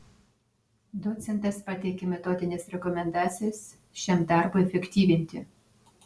docentas pateikė metodines rekomendacijas šiam darbui efektyvinti